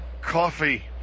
coffee